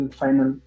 final